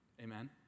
amen